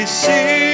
see